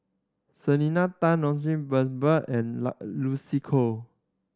Selena Tan Lloyd Valberg and Lucy Koh